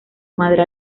madre